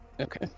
Okay